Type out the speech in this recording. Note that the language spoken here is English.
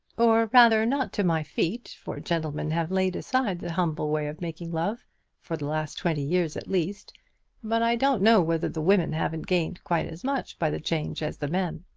or rather not to my feet for gentlemen have laid aside the humble way of making love for the last twenty years at least but i don't know whether the women haven't gained quite as much by the change as the men.